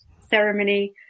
ceremony